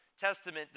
Testament